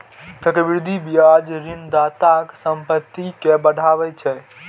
चक्रवृद्धि ब्याज ऋणदाताक संपत्ति कें बढ़ाबै छै